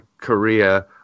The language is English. Korea